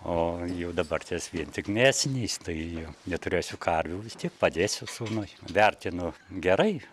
o jau dabar ties vien tik mėsiniais tai neturėsiu karvių vis tiek padėsiu sūnui vertinu gerai